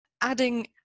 adding